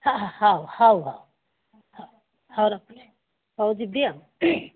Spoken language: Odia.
ହଉ ହଉ ହଉ ହଁ ହଉ ରଖ ହଉ ଯିବି ଆଉ